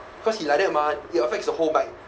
cause he like that mah it affects the whole bike